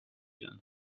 den